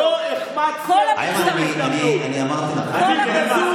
זה כבר איום כשאומרים לנו: אם אתה לא תגנו על בית המשפט,